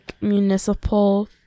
municipal